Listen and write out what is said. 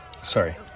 Sorry